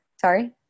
sorry